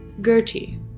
Gertie